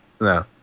No